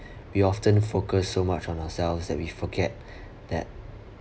we often focus so much on ourselves that we forget that